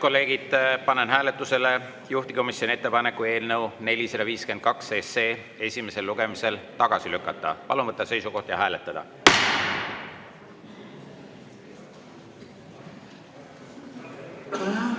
Head kolleegid, panen hääletusele juhtivkomisjoni ettepaneku eelnõu 452 esimesel lugemisel tagasi lükata. Palun võtta seisukoht ja hääletada! Selle